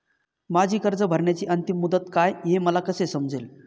माझी कर्ज भरण्याची अंतिम मुदत काय, हे मला कसे समजेल?